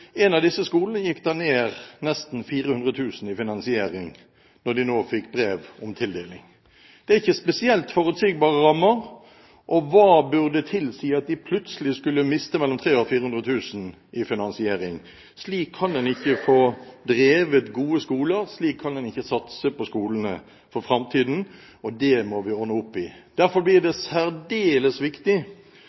tildeling. Det er ikke spesielt forutsigbare rammer. Hva burde tilsi at de plutselig skulle miste mellom 300 000 og 400 000 kr i finansiering? Slik kan en ikke få drevet gode skoler. Slik kan en ikke satse på skolene i framtiden. Det må vi ordne opp i. Derfor blir det særdeles viktig